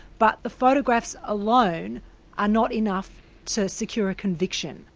but the photographs alone are not enough to secure a conviction,